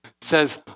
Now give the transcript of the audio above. says